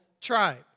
tribe